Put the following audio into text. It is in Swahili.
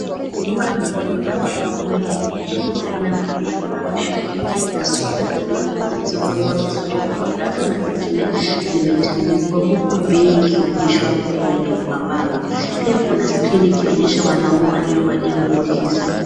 Duka la nguo la wanaume lenye aina mbalimbali za mashati na suruali. Kuna nguo zilizopangwa vizuri kwenye rafu na zingine zimetandikwa huku bei ikionyeshwa kwenye mabango. Pia kuna skrini ikionyesha wanaume waliovalia nguo hizo.